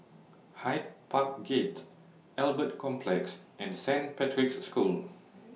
Hyde Park Gate Albert Complex and Saint Patrick's School